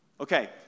Okay